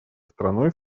страной